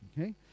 Okay